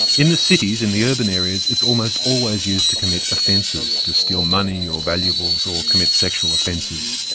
in the cities, in the urban areas, it's almost always used to commit offences, to steal money or valuables or commit sexual offences.